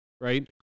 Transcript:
right